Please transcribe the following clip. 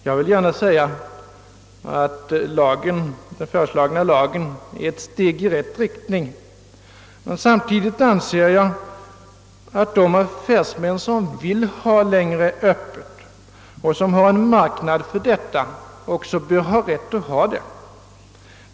Jag vill gärna säga att den föreslagna lagen är ett steg i rätt riktning, men samtidigt anser jag att de affärsmän som vill ha öppet längre och som har en marknad härför också bör ha rätt att ha öppet längre.